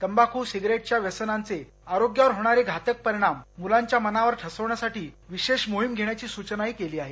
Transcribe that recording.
तंबाखू सिगारेटच्या व्यसनांचे आरोग्यावर होणारे घातक परिणाम मुलांच्या मनावर ठसवण्यासाठी विशेष मोहिम घेण्याची सूचनाही केली आहे